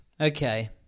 Okay